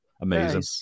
amazing